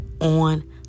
on